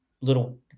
little